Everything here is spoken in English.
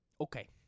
Okay